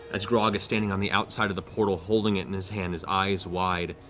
as grog is standing on the outside of the portal holding it in his hand, his eyes wide.